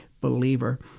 believer